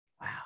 Wow